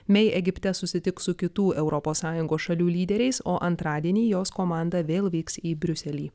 mei egipte susitik su kitų europos sąjungos šalių lyderiais o antradienį jos komanda vėl vyks į briuselį